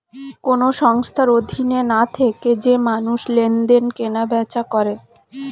কোন সংস্থার অধীনে না থেকে যে মানুষ লেনদেন, কেনা বেচা করে